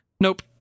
Nope